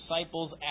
disciples